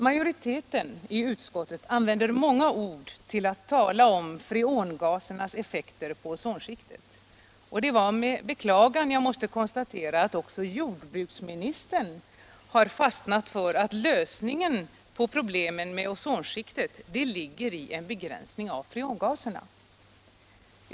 Majoriteten i utskottet använder många ord till att tala om freongasernas effekter på ozonskiktet, och det är med beklagande jag måste konstatera att också jordbruksministern har fastnat för att lösningen på problemen med ozonskiktet ligger i en begränsning av freongasernas användning.